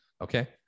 okay